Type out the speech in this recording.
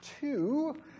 two